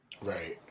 Right